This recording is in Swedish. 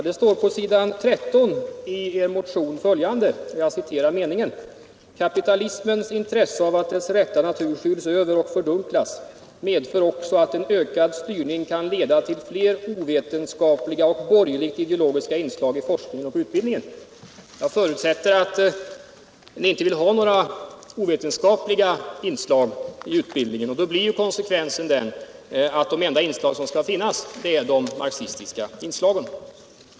Det står på s. 13 i er motion följande: ”Kapitalismens intresse av att dess rätta natur skyls över och fördunklas medför också att en ökad styrning kan leda till fler ovetenskapliga och borgerligt ideologiska inslag i forskningen och utbildningen.” Jag förutsätter att ni inte vill ha några ovetenskapliga inslag i utbildningen, och då blir ju konsekvensen att de enda inslag som skall finnas är de marxistiska.